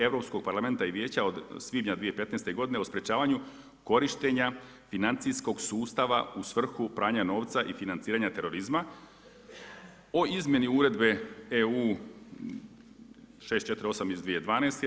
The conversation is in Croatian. Europskog parlamenta i Vijeća od svibnja 2015. godine o sprječavanju korištenja financijskog sustava u svrhu pranja novca i financiranja terorizma o izmjeni Uredbe EU 648 iz 2012.